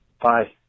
Bye